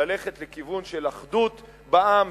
ללכת לכיוון של אחדות בעם,